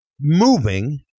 moving